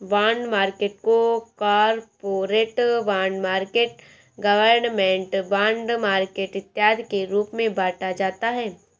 bond market को corporate bond market government bond market इत्यादि के रूप में बांटा जाता है